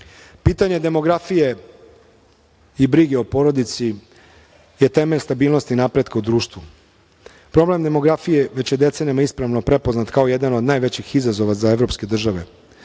godine. Pitanje demografije i brige o porodici je temelj stabilnosti i napretka u društvu. Problem demografije već je decenijama prepoznat kao jedan od najvećih izazova za evropske države.